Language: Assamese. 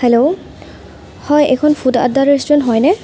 হেল্ল' হয় এইখন ফুড আড্ডা ৰেষ্টুৰেণ্ট হয়নে